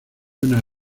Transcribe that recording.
una